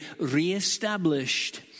reestablished